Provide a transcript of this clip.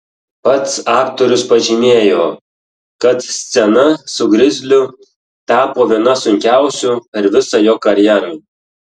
pats aktorius pažymėjo kad scena su grizliu tapo viena sunkiausių per visą jo karjerą